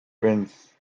wins